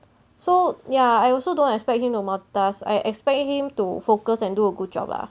so ya I also don't expect him to multitask I expect him to focus and do a good job ah